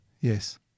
Yes